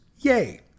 Yay